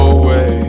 away